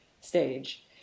stage